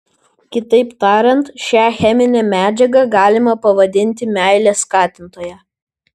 kitaip tariant šią cheminę medžiagą galima pavadinti meilės skatintoja